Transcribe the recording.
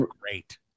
great